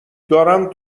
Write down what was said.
دارم